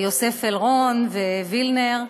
יוסף אלרון ווילנר.